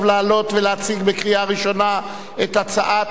לעלות ולהציג לקריאה ראשונה את הצעת